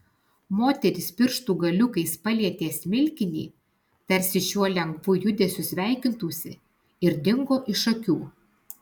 moteris pirštų galiukais palietė smilkinį tarsi šiuo lengvu judesiu sveikintųsi ir dingo iš akių